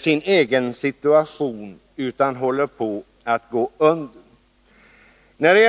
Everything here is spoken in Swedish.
sin egen situation utan håller på att gå under.